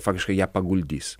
faktiškai ją paguldys